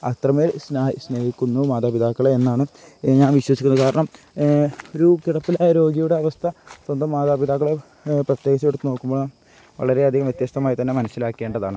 അത്രമേൽ സ്നേഹം സ്നേഹിക്കുന്നു മാതാപിതാക്കളെ എന്നാണ് ഞാൻ വിശ്വസിക്കുന്നത് കാരണം ഒരു കിടപ്പിലായ രോഗിയുടെ അവസ്ഥ സ്വന്തം മാതാപിതാക്കളെ പ്രത്യേകിച്ചെടുത്ത് നോക്കുമ്പോഴാണ് വളരെയധികം വ്യത്യസ്തമായി തന്നെ മനസ്സിലാക്കേണ്ടതാണ്